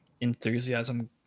enthusiasm